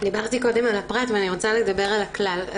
דיברתי קודם על הפרט ואני רוצה לדבר על הכלל.